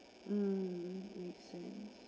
mm make sense